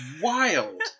wild